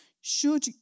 Should